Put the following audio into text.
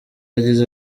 yagize